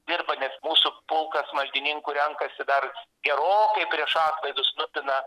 dirba nes mūsų pulkas maldininkų renkasi dar gerokai prieš atlaidus nupina